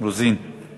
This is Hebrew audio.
יש לך